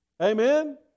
Amen